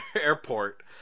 airport